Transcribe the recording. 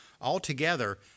Altogether